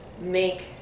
make